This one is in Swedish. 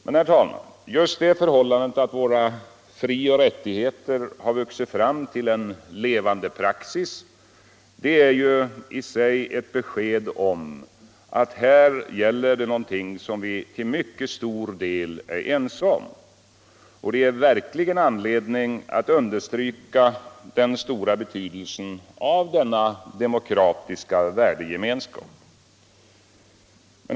Men, herr talman, just det förhållandet att våra frioch rättigheter har vuxit fram till en levande praxis är i sig ett besked om att här gäller det något som vi till mycket stor del är ense om, och det är verkligen anledning att understryka den stora betydelsen av denna demokratiska värdegemenskap.